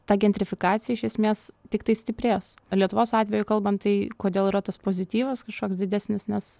ta gentrifikacija iš esmės tiktai stiprės lietuvos atveju kalbant tai kodėl yra tas pozityvas kažkoks didesnis nes